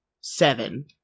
Seven